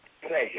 pleasure